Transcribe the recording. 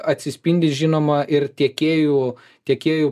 atsispindi žinoma ir tiekėjų tiekėjų